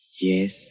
yes